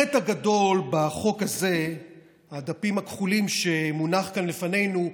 החטא הגדול בחוק הזה שמונח כאן לפנינו,